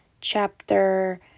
chapter